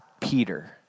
Peter